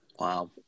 Wow